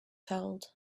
held